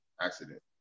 accident